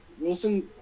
Wilson